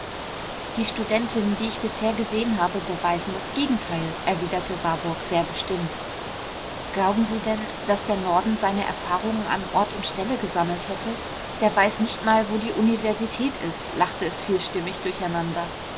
die studentinnen die ich bisher gesehen habe beweisen das gegenteil erwiderte warburg sehr bestimmt glauben sie denn daß der norden seine erfahrungen an ort und stelle gesammelt hätte der weiß nicht mal wo die universität ist lachte es vielstimmig durcheinander